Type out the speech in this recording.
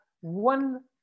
one